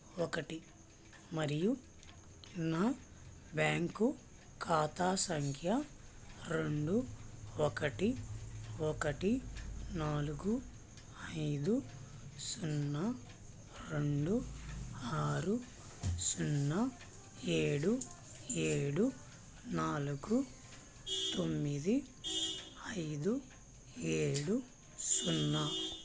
ఒకటి మరియు నా బ్యాంకు ఖాతా సంఖ్య రెండు ఒకటి ఒకటి నాలుగు ఐదు సున్నా రెండు ఆరు సున్నా ఏడు ఏడు నాలుగు తొమ్మిది ఐదు ఏడు సున్నా